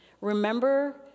remember